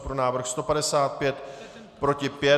Pro návrh 155, proti 5.